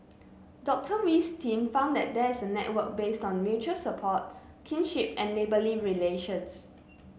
Dr Wee's team found that there is a network based on mutual support kinship and neighbourly relations